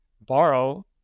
borrow